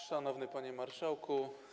Szanowny Panie Marszałku!